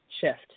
shift